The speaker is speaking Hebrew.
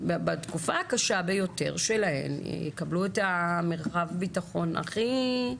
בתקופה הקשה ביותר שלהן יקבלו את מרחב הביטחון הכי.